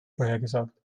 vorhergesagt